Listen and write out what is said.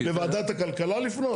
לוועדת הכלכלה לפנות?